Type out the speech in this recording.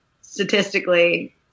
statistically